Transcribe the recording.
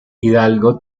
hidalgo